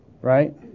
Right